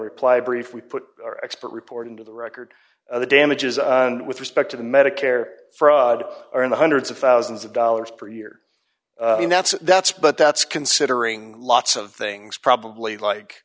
reply brief we put our expert reporting to the record of the damages and with respect to the medicare fraud are in the hundreds of thousands of dollars per year that's that's but that's considering lots of things probably like